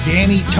Danny